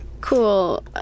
Cool